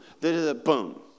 boom